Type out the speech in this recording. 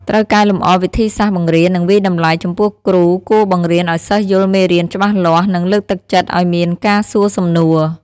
ត្រូវកែលម្អវិធីសាស្ត្របង្រៀន និងវាយតម្លៃ ចំពោះគ្រូគួរបង្រៀនឱ្យសិស្សយល់មេរៀនច្បាស់លាស់ និងលើកទឹកចិត្តឱ្យមានការសួរសំណួរ។